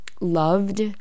loved